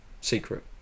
secret